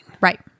Right